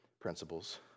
principles